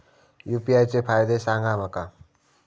UPI चे फायदे सांगा माका?